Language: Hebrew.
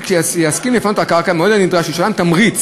שיסכים לפנות את הקרקע במועד הנדרש ישולם תמריץ